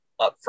upfront